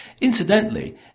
Incidentally